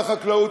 לחקלאות,